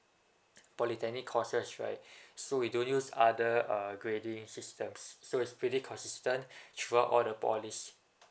polytechnic courses right so we don't use other uh grading systems so is pretty consistent throughout all the polys